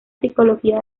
psicología